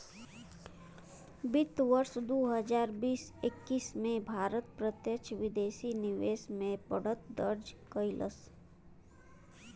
वित्त वर्ष दू हजार बीस एक्कीस में भारत प्रत्यक्ष विदेशी निवेश में बढ़त दर्ज कइलस